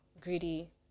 greedy